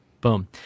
boom